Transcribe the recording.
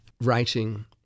writing